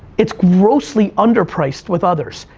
it's grossly under priced with others.